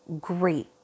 great